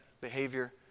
behavior